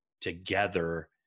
together